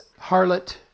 harlot